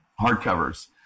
hardcovers